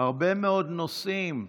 הרבה מאוד נושאים.